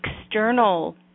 external